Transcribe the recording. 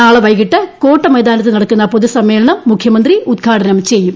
നാളെ വൈകിട്ട് കോട്ടമൈതാനത്തു നടക്കുന്ന പൊതുസമ്മേളനം മുഖ്യമന്ത്രി ഉദ്ഘാടനം ചെയ്യും